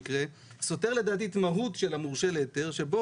שסותר לדעתי את המהות של המורשה להיתר שבו